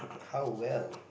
how well